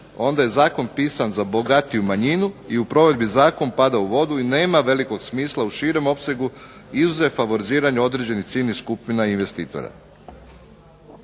onda je zakon pisan za bogatiju manjinu i u provedbi zakon pada u vodu i nema velikog smisla u širem opsegu izuzev favoriziranja određenih ciljnih skupina i investitora.